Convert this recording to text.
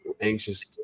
anxious